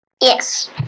Yes